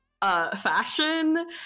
Fashion